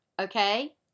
Okay